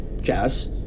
jazz